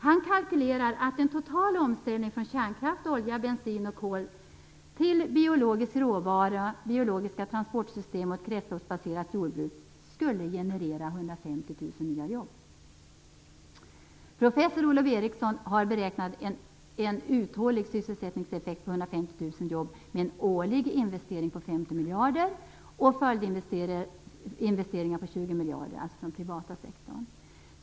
Han kalkylerar med att en total omställning från kärnkraft, olja, bensin och kol till biologisk råvara, biologiska transportsystem och ett kretsloppsbaserat jordbruk skulle generera 150 000 nya jobb. Professor Olof Eriksson har beräknat en uthållig sysselsättningseffekt på denna nivå vid en årlig investering på 50 miljarder och följdinvesteringar om 20 miljarder inom den privata sektorn.